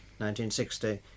1960